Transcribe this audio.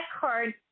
card